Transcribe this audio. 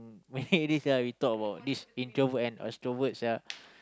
my head already sia we talk about this introvert and extrovert sia